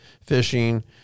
fishing